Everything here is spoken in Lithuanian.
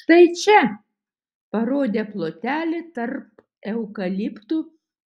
štai čia parodė plotelį tarp eukaliptų